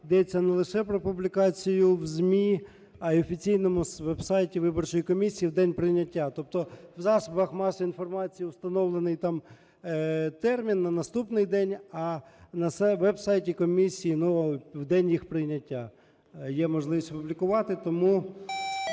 йдеться не лише про публікацію в ЗМІ, а і в офіційному веб-сайті виборчої комісії в день прийняття. Тобто в засобах масової інформації установлений там термін – на наступний день, а на веб-сайті комісії ну, в день їх прийняття є можливість опублікувати. Тому